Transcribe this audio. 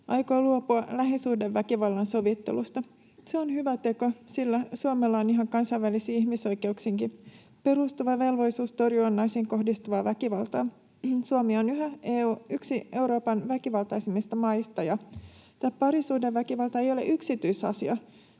aikoo luopua lähisuhdeväkivallan sovittelusta. Se on hyvä teko, sillä Suomella on ihan kansainvälisiin ihmisoikeuksiinkin perustuva velvollisuus torjua naisiin kohdistuvaa väkivaltaa. Suomi on yhä yksi Euroopan väkivaltaisimmista maista. Parisuhdeväkivalta ei ole yksityisasia,